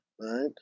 right